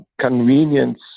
convenience